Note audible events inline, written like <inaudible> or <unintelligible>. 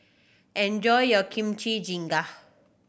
enjoy your Kimchi <unintelligible>